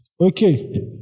Okay